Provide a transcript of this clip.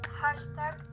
hashtag